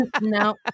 No